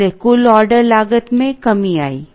इसलिए कुल ऑर्डर लागत में कमी आई